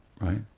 Right